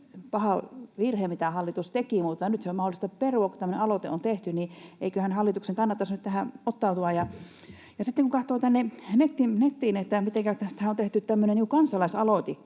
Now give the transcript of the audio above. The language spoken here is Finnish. paha virhe, mutta nyt se on mahdollista perua, kun tämmöinen aloite on tehty, niin että eiköhän hallituksen kannattaisi nyt tähän ottautua. Sitten kun katsoo tänne nettiin, niin tästähän on tehty tämmöinen kansalaisaloitekin,